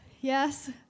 Yes